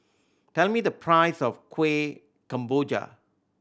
tell me the price of Kueh Kemboja